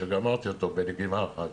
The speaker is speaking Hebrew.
שגמרתי אותו בלגימה אחת.